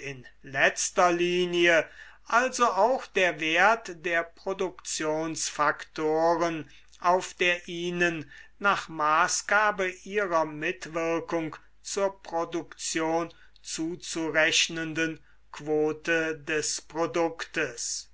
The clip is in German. in letzter linie also auch der wert der produktionsfaktoreal auf der ihnen nach maßgabe ihrer mitwirkung zur produktioi zuzurechnenden quote des produktes